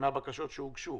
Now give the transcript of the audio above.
מהבקשות שהוגשו